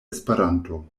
esperanto